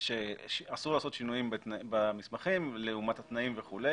שאסור לעשות שינויים במסמכים לעומת התנאים וכולי